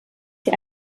sie